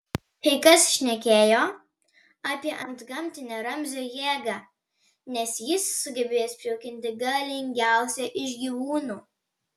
kai kas šnekėjo apie antgamtinę ramzio jėgą nes jis sugebėjęs prijaukinti galingiausią iš gyvūnų